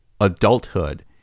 adulthood